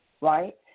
right